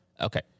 okay